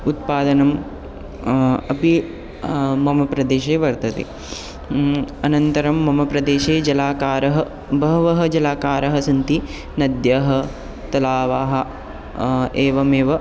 उत्पादनम् अपि मम प्रदेशे वर्तते अनन्तरं मम प्रदेशे जलागारः बहवः जलागारः सन्ति नद्यः तलावाः एवमेव